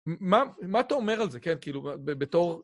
מה אתה אומר על זה, כן? כאילו, בתור...